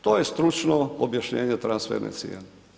To je stručno objašnjenje transferne cijene.